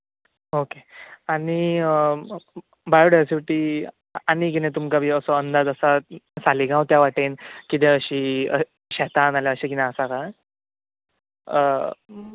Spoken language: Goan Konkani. ओके आनी बायोडायवर्सीटी आनी कितें तुमकां बी असो अंदाज आसा सालिगांव त्या वाटेन कितें अशीं शेतां बी आसा थंय